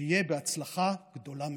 שיהיה בהצלחה גדולה מאוד.